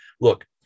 look